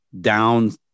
down